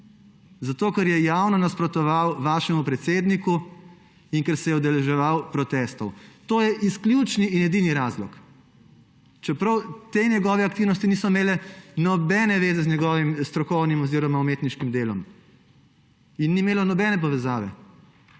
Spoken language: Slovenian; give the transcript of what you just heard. en – ker je javno nasprotoval vašemu predsedniku in ker se je udeleževal protestov. To je izključni in edini razlog. Čeprav te njegove aktivnosti niso imele nobene zveze z njegovim strokovnim oziroma umetniškim delom in ni imelo nobene povezave.